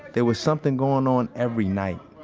there was something going on every night